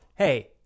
Hey